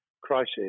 crisis